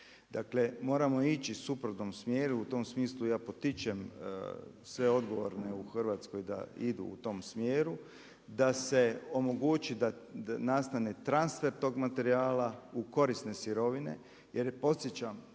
Dakle, moramo ići u suprotnom smjeru. U tom smislu ja potičem sve odgovorne u Hrvatskoj da idu u tom smjeru, da se omogući da nastane transfer tog materijala u korisne sirovine. Jer podsjećam